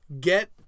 get